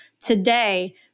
today